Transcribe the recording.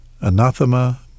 Anathema